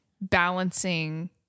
balancing